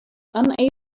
unable